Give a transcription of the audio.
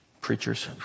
Preachers